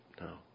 no